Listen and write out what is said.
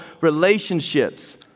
relationships